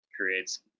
creates